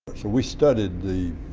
so we studied the